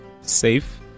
safe